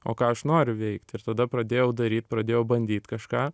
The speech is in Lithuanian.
o ką aš noriu veikt ir tada pradėjau daryt pradėjau bandyt kažką